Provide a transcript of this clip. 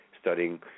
studying